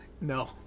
no